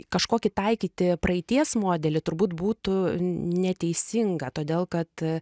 kažkokį taikyti praeities modelį turbūt būtų neteisinga todėl kad